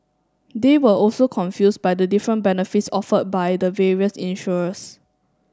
they were also confused by the different benefits offered by the various insurers